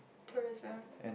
tourism